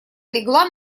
легла